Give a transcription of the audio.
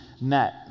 met